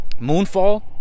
Moonfall